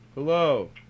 Hello